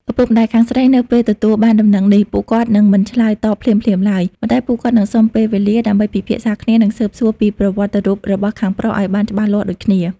ឪពុកម្ដាយខាងស្រីនៅពេលទទួលបានដំណឹងនេះ ពួកគាត់នឹងមិនឆ្លើយតបភ្លាមៗឡើយ ប៉ុន្តែពួកគាត់នឹងសុំពេលវេលាដើម្បីពិភាក្សាគ្នា និងស៊ើបសួរពីប្រវត្តិរូបរបស់ខាងប្រុសឱ្យបានច្បាស់លាស់ដូចគ្នា។